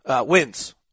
wins